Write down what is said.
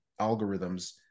algorithms